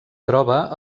troba